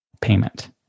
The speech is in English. payment